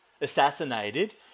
assassinated